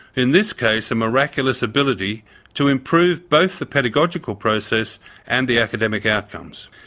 in this case a miraculous ability to improve both the pedagogical process and the academic outcomes.